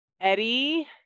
Eddie